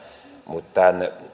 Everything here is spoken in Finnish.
mutta tämän